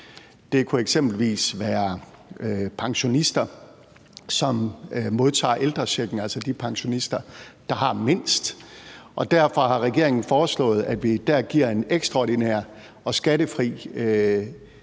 Det kunne eksempelvis være pensionister, som modtager ældrechecken, altså de pensionister, der har mindst, og derfor har regeringen foreslået, at vi der giver en ekstraordinær og skattefri